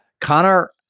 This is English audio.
Connor